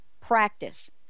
practice